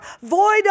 void